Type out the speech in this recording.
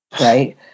Right